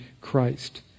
Christ